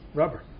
rubber